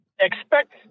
Expect